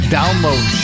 download